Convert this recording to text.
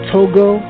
Togo